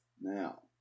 Now